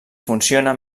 funciona